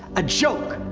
a joke.